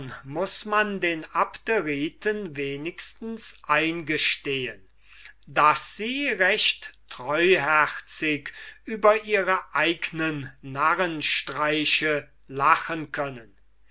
muß man den abderiten wenigstens eingestehen daß sie recht treuherzig über ihre eigne narrenstreiche lachen können